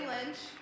Lynch